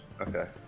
Okay